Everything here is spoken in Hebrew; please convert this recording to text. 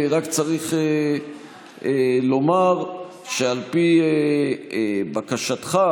רק צריך לומר שעל פי בקשתך,